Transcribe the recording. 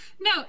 No